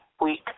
week